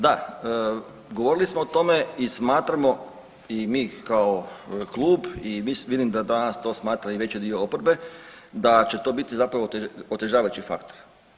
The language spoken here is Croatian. Da, govorili smo o tome i smatramo i mi kao klub i vidim da danas to smatra i veći dio oporbe da će to biti zapravo otežavajući faktor.